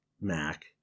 Mac